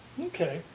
Okay